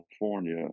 California